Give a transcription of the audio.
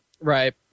Right